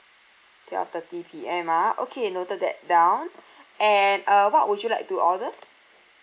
twelve thirty P_M ah okay noted that down and uh what would you like to order